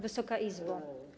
Wysoka Izbo!